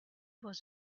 was